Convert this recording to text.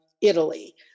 Italy